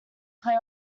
play